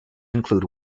include